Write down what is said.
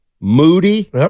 Moody